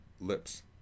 lips